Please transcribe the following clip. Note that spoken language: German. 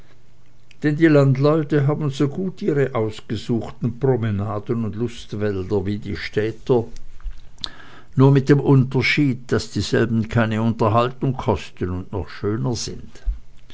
denn die landleute haben so gut ihre ausgesuchten promenaden und lustwälder wie die städter nur mit dem unterschied daß dieselben keine unterhaltung kosten und noch schöner sind